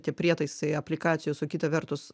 tie prietaisai aplikacijos o kita vertus